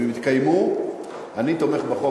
אם יתקיימו, אני תומך בחוק.